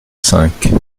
cinq